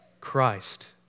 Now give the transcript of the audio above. Christ